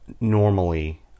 normally